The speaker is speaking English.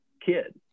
kid